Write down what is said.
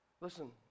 Listen